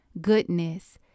goodness